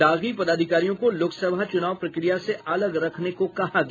दागी पदाधिकारियों को लोकसभा चुनाव प्रक्रिया से अलग रखने को कहा गया